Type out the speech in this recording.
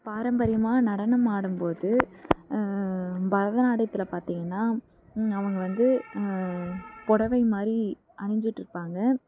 பாரம்பரியமாக நடனம் ஆடும்போது பரதநாட்டியத்தில் பார்த்தீங்கன்னா அவங்க வந்து புடவை மாதிரி அணிஞ்சிட்டுருப்பாங்க